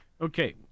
Okay